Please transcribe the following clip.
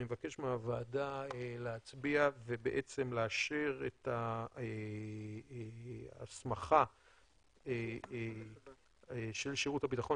אני מבקש מהוועדה להצביע ובעצם לאשר את ההסמכה של שירות הביטחון